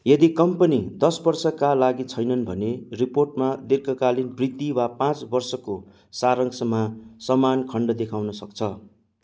यदि कम्पनी दस वर्षका लागि छैनन् भने रिपोर्टमा दीर्घकालीन वृद्धि वा पाँच वर्षको सारांशमा समान खन्ड देखाउन सक्छ